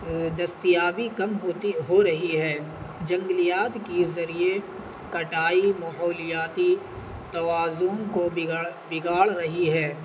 دستیابی کم ہوتی ہو رہی ہے جنگلیات کی ذریعے کٹائی ماحولیاتی توازوم کو بگاڑ بگاڑ رہی ہے